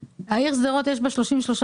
יש לפעמים בעיות של חסמים?